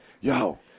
yo